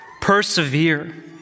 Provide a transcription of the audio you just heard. Persevere